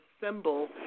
symbol